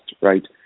right